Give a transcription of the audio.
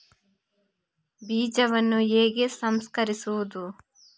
ಬೀಜವನ್ನು ಹೇಗೆ ಸಂಸ್ಕರಿಸುವುದು?